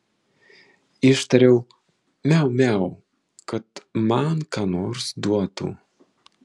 ištariau miau miau kad man ką nors duotų